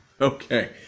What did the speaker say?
Okay